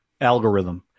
algorithm